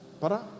Para